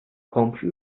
komşu